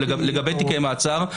לגבי תיקי מעצר,